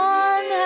one